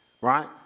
Right